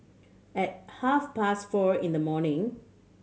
at half past four in the morning